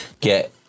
get